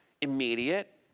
immediate